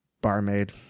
Barmaid